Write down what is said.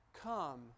come